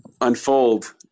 unfold